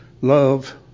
Love